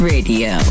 Radio